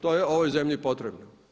To je ovoj zemlji potrebno.